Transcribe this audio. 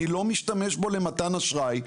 אני לא משתמש בו למתן אשראי.